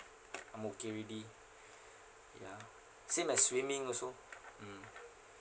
I'm okay already ya same like swimming also mm